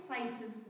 places